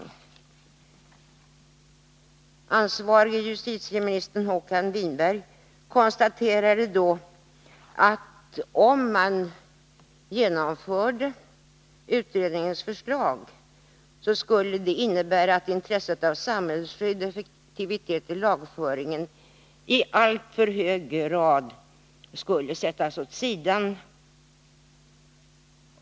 Den ansvarige justitieministern Håkan Winberg konstaterade att om man genomförde utredningens förslag, skulle det innebära att intresset av samhällsskydd och effektivitet i lagföringen i alltför hög grad skulle sättas åt sidan.